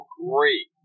great